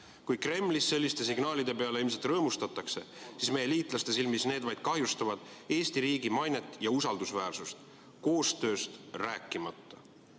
Kui Kremlis selliste signaalide peale ilmselt rõõmustatakse, siis meie liitlaste silmis need vaid kahjustavad Eesti riigi mainet ja usaldusväärsust, koostööst rääkimata."